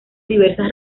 diversas